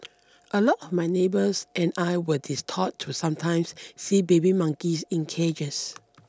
a lot of my neighbours and I were distraught to sometimes see baby monkeys in cages